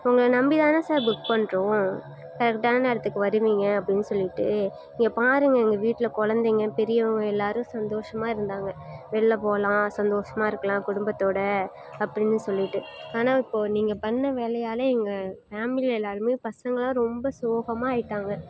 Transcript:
உங்களை நம்பி தான சார் புக் பண்ணுறோம் கரெக்டான நேரத்துக்கு வருவிங்க அப்படினு சொல்லிட்டு இங்கே பாருங்கள் எங்கள் வீட்டில் குழந்தைங்க பெரியவங்க எல்லோரும் சந்தோஷமாக இருந்தாங்க வெள்ல போலாம் சந்தோஷமாக இருக்கலாம் குடும்பத்தோடு அப்படினு சொல்லிட்டு ஆனால் இப்போது நீங்கள் பண்ண வேலையால் எங்கள் ஃபேம்லியில் எல்லோருமே பசங்களாம் ரொம்ப சோகமாக ஆயிட்டாங்க